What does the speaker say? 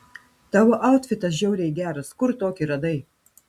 tavo autfitas žiauriai geras kur tokį radai